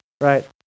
right